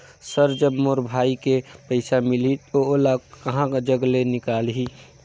Sir जब मोर भाई के पइसा मिलही तो ओला कहा जग ले निकालिही?